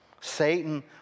Satan